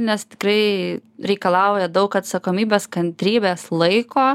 nes tikrai reikalauja daug atsakomybės kantrybės laiko